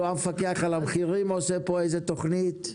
לא המפקח על המחירים עושה פה איזה תוכנית.